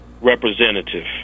representative